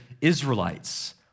Israelites